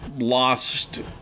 lost